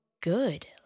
good